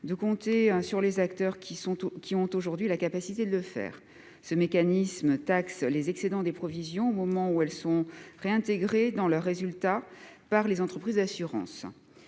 de compter sur les acteurs qui ont aujourd'hui la capacité de le faire. Le mécanisme proposé vise à taxer les excédents des provisions au moment où ils sont réintégrés dans leurs résultats par les entreprises d'assurances.